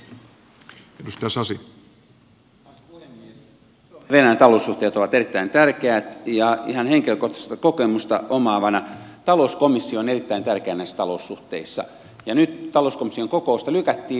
suomen ja venäjän taloussuhteet ovat erittäin tärkeät ja ihan henkilökohtaista kokemusta omaavana sanon että talouskomissio on erittäin tärkeä näissä taloussuhteissa ja nyt viimeksi talouskomission kokousta lykättiin